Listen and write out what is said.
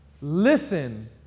Listen